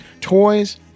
toys